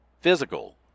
physical